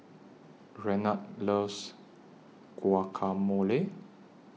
Renard loves Guacamole